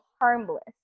harmless